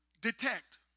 detect